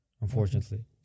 Unfortunately